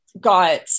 got